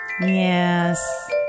Yes